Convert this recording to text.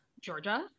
Georgia